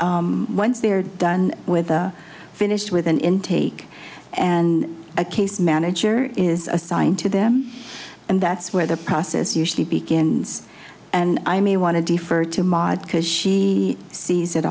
done once they're done with or finished with an intake and a case manager is assigned to them and that's where the process usually begins and i may want to defer to madhu as she sees